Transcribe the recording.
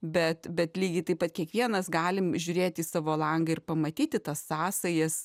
bet bet lygiai taip pat kiekvienas galim žiūrėti į savo langą ir pamatyti tas sąsajas